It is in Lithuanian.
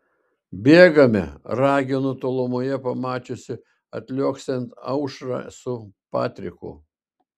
bėgame raginu tolumoje pamačiusi atliuoksint aušrą su patriku